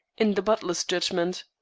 in the butler's judgment.